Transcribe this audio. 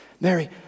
Mary